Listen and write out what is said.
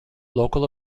local